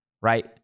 right